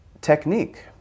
technique